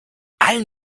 allen